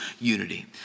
unity